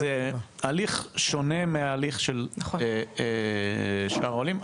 זה הליך שונה מהליך של שאר העולים.